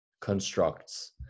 constructs